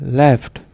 left